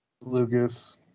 Lucas